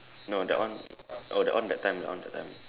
no that one oh that one that time that one that time